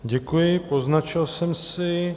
Děkuji, poznačil jsem si.